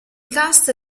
cast